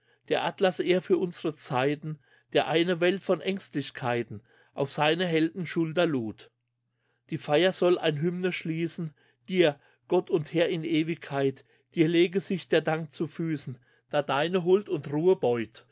der atlas er für unsre zeiten der eine welt von aengstlichkeiten auf seine heldenschulter lud die feier soll ein hymne schließen dir gott und herr in ewigkeit dir lege sich der dank zu füßen da deine huld und ruhe beut